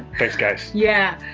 thanks guys. yeah.